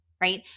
right